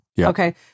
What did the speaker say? Okay